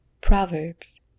Proverbs